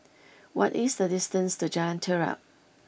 what is the distance to Jalan Terap